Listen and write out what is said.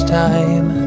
time